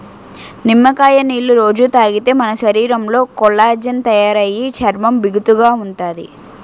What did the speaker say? నిమ్మకాయ నీళ్ళు రొజూ తాగితే మన శరీరంలో కొల్లాజెన్ తయారయి చర్మం బిగుతుగా ఉంతాది